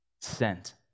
sent